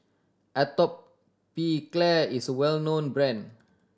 Atopiclair is well known brand